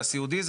סיעודי,